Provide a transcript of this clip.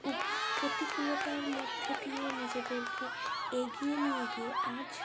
উপ প্রতিকূলতার মধ্যে দিয়ে নিজেদেরকে এগিয়ে নিয়ে গিয়ে আজ